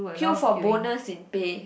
queue for bonus in pay